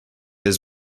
his